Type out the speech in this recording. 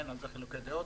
אין על זה חילוקי דעות.